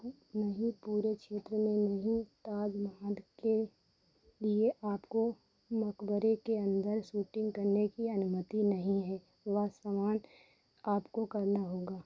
नहीं पूरे क्षेत्र में नहीं ताज़महल के लिए आपको मक़बरे के अन्दर शूटिन्ग करने की अनुमति नहीं है वह सम्मान आपको करना होगा